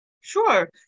Sure